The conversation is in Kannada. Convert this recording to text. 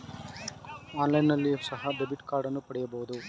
ಆನ್ಲೈನ್ನಲ್ಲಿಯೋ ಸಹ ಡೆಬಿಟ್ ಕಾರ್ಡನ್ನು ಪಡೆಯಬಹುದು